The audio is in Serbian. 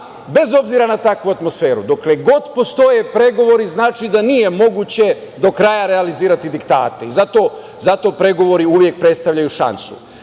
bez obzira na takvu atmosferu, dokle god postoje pregovori znači da nije moguće do kraja realizovati diktate. I zato pregovori uvek predstavljaju šansu.